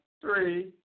three